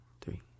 three